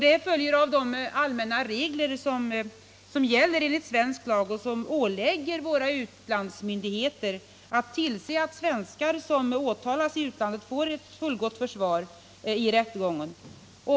Det följer av de allmänna regler som gäller enligt svensk lag och som ålägger våra utlandsmyndigheter att tillse att svenskar som åtalas i utlandet får ett fullgott försvar i rättegång.